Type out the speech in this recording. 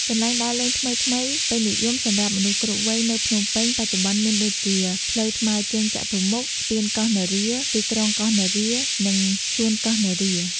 កន្លែងដើរលេងថ្មីៗពេញនិយមសម្រាប់មនុស្សគ្រប់វ័យនៅភ្នំពេញ បច្ចុប្បន្នមានដូចជា ផ្លូវថ្មើរជើងចតុមុខ ស្ពានកោះនរា ទីក្រុងកោះនរា និងសួនកោះនរា។